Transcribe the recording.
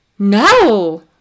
No